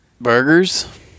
Burgers